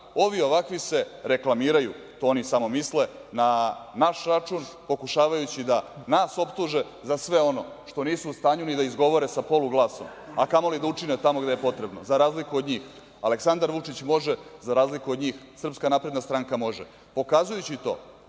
i ovakvi se reklamiraju, to oni samo misle, na naš račun, pokušavajući da nas optuže za sve ono što nisu u stanju ni da izgovore sa poluglasom, a kamoli da učine tamo gde je potrebno.Za razliku od njih Aleksandar Vučić može, za razliku od njih SNS može. Pokazujući to